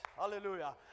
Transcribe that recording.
Hallelujah